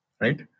Right